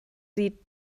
sie